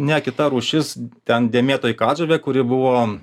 ne kita rūšis ten dėmėtoji katžuvė kuri buvo